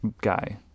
guy